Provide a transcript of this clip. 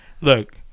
Look